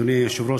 אדוני היושב-ראש,